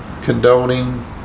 Condoning